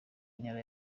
intara